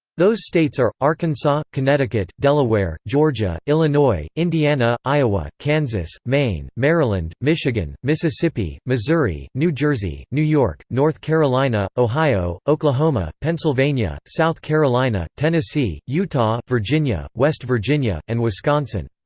those states are arkansas, connecticut, delaware, georgia, illinois, indiana, iowa, kansas, maine, maryland, michigan, mississippi, missouri, new jersey, jersey, new york, north carolina, ohio, oklahoma, pennsylvania, south carolina, tennessee, utah, virginia, west virginia, and wisconsin.